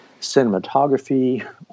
cinematography